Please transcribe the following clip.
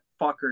fucker